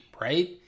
right